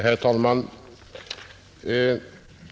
Herr talman!